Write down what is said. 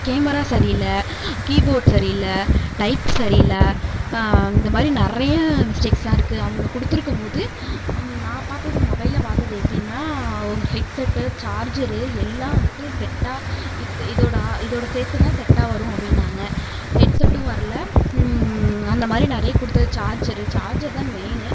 camera சரியில்லை keyboard சரியில்லை type சரியில்லை இந்தமாதிரி நிறைய மிஸ்டேக்ஸ்லாம் இருக்குது அவங்க கொடுத்துருக்கம்மோது நான் பார்த்தது மொபைல்ல பார்த்தது எப்படின்னா ஒரு ஹெட்செட்டு சார்ஜரு எல்லாம் வந்துட்டு செட்டாக இத் இதோடய ஆ இதோடய சேர்த்துதான் செட்டாக வரும் அப்படின்னாங்க ஹெட்செட்டும் வரல அந்தமாதிரி நிறைய கொடுத்தது சார்ஜரு சார்ஜர் தான் மெய்னு